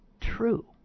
true